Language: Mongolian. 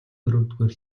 дөрөвдүгээр